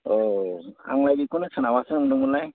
औ आंलाय बिखौनो सोनाबहासो नंदोंमोनलाय